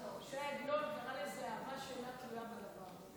ש"י עגנון קרא לזה "אהבה שאינה תלויה בדבר".